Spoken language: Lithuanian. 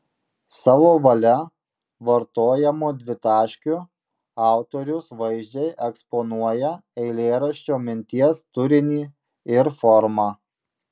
savo valia vartojamu dvitaškiu autorius vaizdžiai eksponuoja eilėraščio minties turinį ir formą